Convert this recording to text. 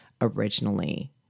originally